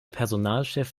personalchef